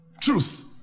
Truth